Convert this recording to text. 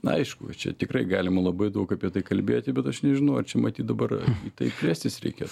na aišku čia tikrai galima labai daug apie tai kalbėti bet aš nežinau ar čia matyt dabar į tai plėstis reikia